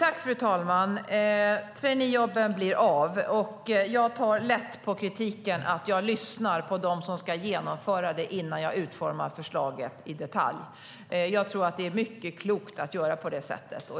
Fru talman! Traineejobben blir av. Jag tar lätt på kritiken för att jag lyssnar på dem som ska genomföra traineejobben innan jag utformar förslaget i detalj. Jag tror att det är mycket klokt att göra på det sättet.